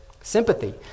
sympathy